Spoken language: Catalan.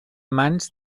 mans